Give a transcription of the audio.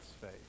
face